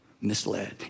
misled